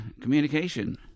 communication